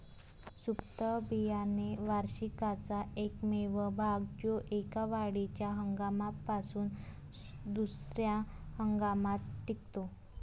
सुप्त बियाणे वार्षिकाचा एकमेव भाग जो एका वाढीच्या हंगामापासून दुसर्या हंगामात टिकतो